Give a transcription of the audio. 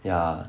ya